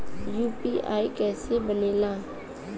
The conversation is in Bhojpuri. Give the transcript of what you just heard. यू.पी.आई कईसे बनेला?